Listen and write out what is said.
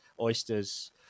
oysters